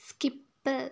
skip